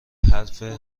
حرف